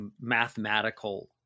mathematical